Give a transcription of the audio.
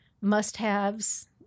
must-haves